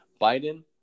Biden